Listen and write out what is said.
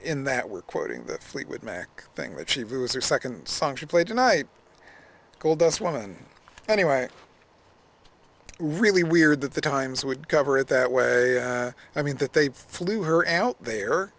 in that we're quoting the fleetwood mac thing that she was her second song she played tonight goldust woman anyway really weird that the times would cover it that way i mean that they flew her out there